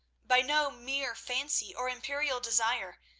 by no mere fancy or imperial desire,